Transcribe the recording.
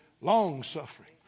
long-suffering